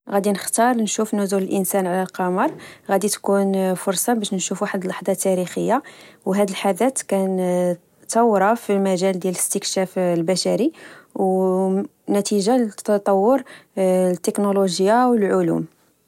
غادي نختار نشوف نزول الانسان على القمر غادي تكون فرصة باش نشوفو واحد اللحظة تاريخيه وهاد الحدث كان ثورة في مجال الاستكشاف البشري ونتيجة لتطور التكنولوجيا والعلوم